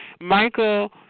Michael